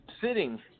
sitting